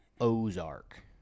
Ozark